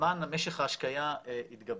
משק ההשקיה התגבר.